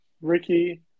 Ricky